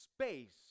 space